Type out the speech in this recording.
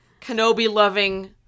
Kenobi-loving